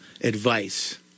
advice